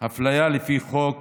אפליה לפי החוק